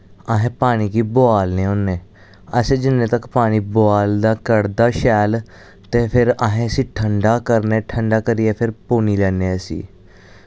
असें पानी गी बोआलने होन्नें असें जिन्ने तक पानी बोआलदा कढ़दा शैल ते फिर असें इस्सी ठंडा करने ठंडा करियै फिर पुनी लैन्ने आं इस्सी